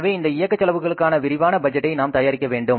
எனவே இந்த இயக்க செலவுகளுக்கான விரிவான பட்ஜெட்டை நாம் தயாரிக்க வேண்டும்